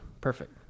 Perfect